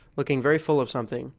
looking very full of something.